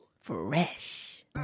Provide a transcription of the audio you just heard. Fresh